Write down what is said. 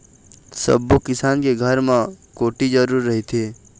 सब्बो किसान के घर म कोठी जरूर रहिथे